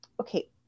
okay